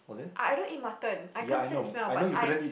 I I don't eat mutton I can't stand the smell but I